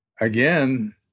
Again